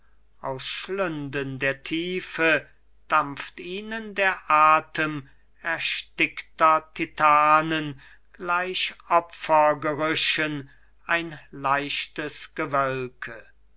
aus schlünden der tiefe dampft ihnen der athem erstickter titanen gleich opfergerüchen ein leichtes gewölke